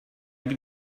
also